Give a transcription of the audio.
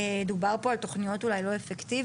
דובר פה על תוכניות אולי לא אפקטיביות.